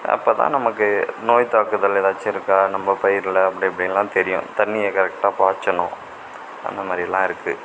அப்போதான் நமக்கு நோய் தாக்குதல் ஏதாச்சும் இருக்கா நம்ம பயிரில் அப்படி இப்படின்லாம் தெரியும் தண்ணியை கரெட்டாக பாய்ச்சணும் அந்த மாதிரியலாம் இருக்குது